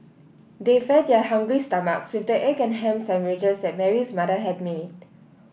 they fed their hungry stomachs with the egg and ham sandwiches that Mary's mother had made